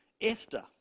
Esther